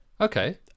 Okay